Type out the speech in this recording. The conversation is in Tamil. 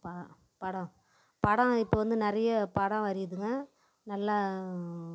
படம் படம் இப்போ வந்து நிறையா படம் வரையுதுங்க நல்லா